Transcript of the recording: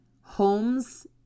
homes